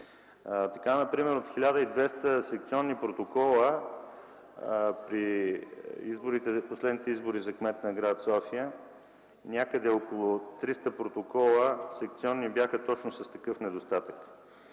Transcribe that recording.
Така например от 1200 секционни протокола при последните избори за кмет на гр. София, някъде около 300 секционни протокола бяха точно с такъв недостатък